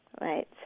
Right